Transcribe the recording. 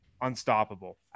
Unstoppable